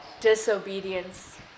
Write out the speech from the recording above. disobedience